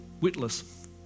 witless